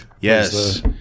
yes